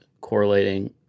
correlating